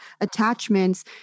attachments